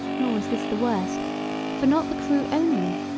nor was this the worst for not the crew only,